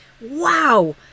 wow